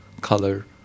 color